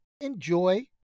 enjoy